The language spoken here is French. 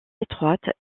étroites